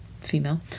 female